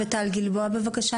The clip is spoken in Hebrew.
טל גלבוע בבקשה.